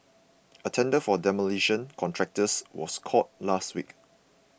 a tender for demolition contractors was called last week